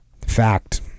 fact